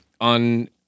on